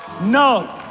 No